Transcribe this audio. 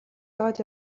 аваад